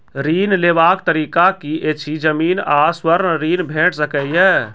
ऋण लेवाक तरीका की ऐछि? जमीन आ स्वर्ण ऋण भेट सकै ये?